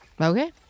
Okay